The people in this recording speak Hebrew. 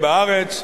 בארץ,